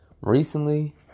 Recently